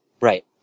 Right